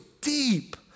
deep